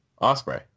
Osprey